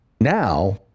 Now